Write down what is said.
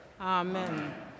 Amen